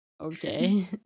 okay